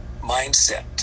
mindset